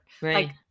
Right